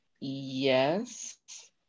yes